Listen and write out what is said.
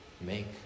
make